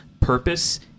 purpose